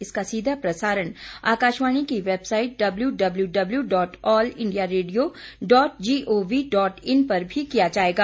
इसका सीधा प्रसारण आकाशवाणी की website W W W dot all India radio dot gov dot in पर भी किया जायेगा